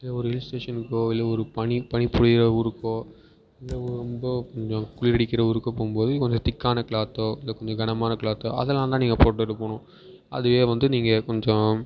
இல்லை ஒரு ஹில் ஸ்டேஷன்க்கோ இல்லை ஒரு பனி பனி பொழிகிற ஊருக்கோ இல்லை ரொம்ப கொஞ்சம் குளிர் அடிக்கிற ஊருக்கோ போகும்போது கொஞ்சம் திக்கான க்ளாத்தோ இல்லை கொஞ்சம் கனமான க்ளாத்தோ அதெல்லாம் தான் நீங்கள் போட்டுகிட்டு போகணும் அதையே வந்து நீங்கள் கொஞ்சம்